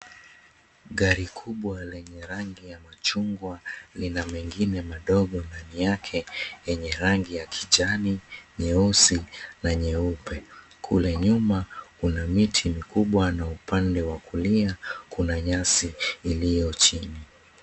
Gari kubwa lenye rangi ya machungwa lina mengine madogo ndani yake yenye rangi ya kijani, nyeusi na nyeupe. Kule nyuma kuna miti mikubwa na upande wa kulia kuna nyasi iliyo chini.